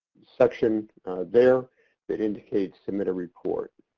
section there that indicates submit a report.